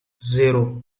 zéro